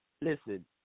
listen